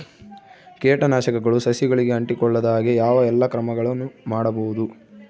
ಕೇಟನಾಶಕಗಳು ಸಸಿಗಳಿಗೆ ಅಂಟಿಕೊಳ್ಳದ ಹಾಗೆ ಯಾವ ಎಲ್ಲಾ ಕ್ರಮಗಳು ಮಾಡಬಹುದು?